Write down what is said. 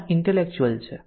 આ ઈન્ટેલેકચ્યુઅલ છે